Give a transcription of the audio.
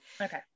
Okay